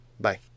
Bye